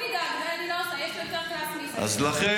חברת הכנסת לזימי,